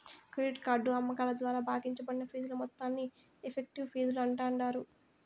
credit card అమ్మకాల ద్వారా భాగించబడిన ఫీజుల మొత్తాన్ని ఎఫెక్టివ్ ఫీజులు అంటాండారు